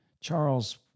Charles